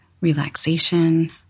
relaxation